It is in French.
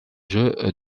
jeux